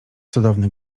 cudowny